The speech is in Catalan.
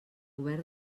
govern